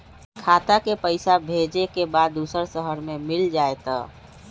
खाता के पईसा भेजेए के बा दुसर शहर में मिल जाए त?